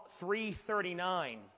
339